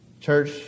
Church